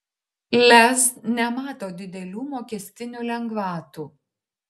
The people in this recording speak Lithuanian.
lez nemato didelių mokestinių lengvatų